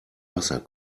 wasser